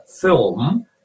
film